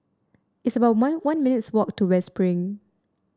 it's about one one minutes' walk to West Spring